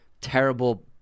terrible